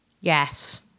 Yes